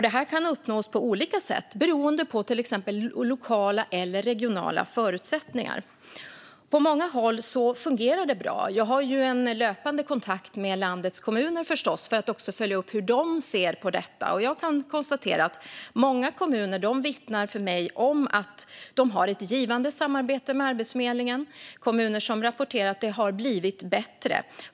Det här kan uppnås på olika sätt, beroende på till exempel lokala eller regionala förutsättningar. På många håll fungerar det bra. Jag har förstås löpande kontakt med landets kommuner för att följa upp hur de ser på detta, och jag kan konstatera att många kommuner vittnar om att de har ett givande samarbete med Arbetsförmedlingen. Det är kommuner som rapporterar att det har blivit bättre.